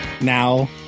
now